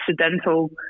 accidental